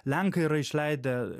lenkai yra išleidę